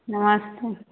नमस्ते